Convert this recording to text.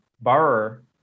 borrower